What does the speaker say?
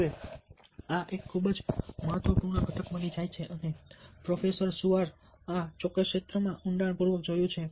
હવે આ એક ખૂબ જ મહત્વપૂર્ણ ઘટક બની જાય છે અને પ્રોફેસર સુઆર આ ચોક્કસ ક્ષેત્રમાં ઊંડાણપૂર્વક જોયું છે